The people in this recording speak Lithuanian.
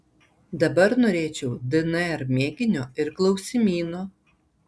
dabar norėčiau dnr mėginio ir klausimyno